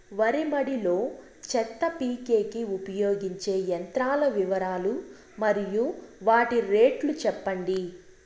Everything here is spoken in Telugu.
వరి మడి లో చెత్త పీకేకి ఉపయోగించే యంత్రాల వివరాలు మరియు వాటి రేట్లు చెప్పండి?